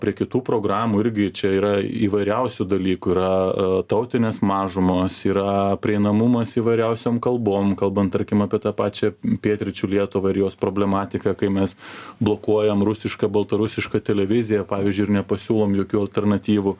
prie kitų programų irgi čia yra įvairiausių dalykų yra tautinės mažumos yra prieinamumas įvairiausiom kalbom kalbant tarkim apie tą pačią pietryčių lietuvą ir jos problematiką kai mes blokuojam rusišką baltarusišką televiziją pavyzdžiui ir nepasiūlom jokių alternatyvų